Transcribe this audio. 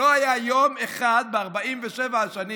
לא היה יום אחד ב-47 השנים.